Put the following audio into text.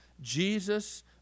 Jesus